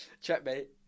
Checkmate